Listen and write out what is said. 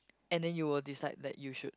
and then you will decide that you should